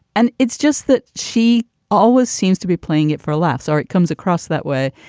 and it's just that she always seems to be playing it for laughs or it comes across that way.